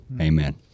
Amen